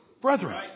brethren